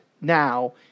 now